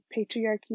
patriarchy